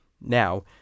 Now